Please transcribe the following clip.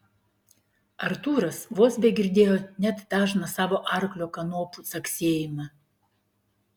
artūras vos begirdėjo net dažną savo arklio kanopų caksėjimą